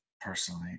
personally